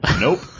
nope